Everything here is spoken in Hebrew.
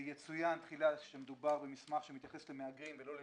יצוין תחילה שמדובר במסמך שמתייחס למהגרים ולא לפליטים,